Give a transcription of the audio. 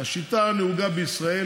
השיטה הנהוגה בישראל